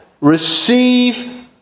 Receive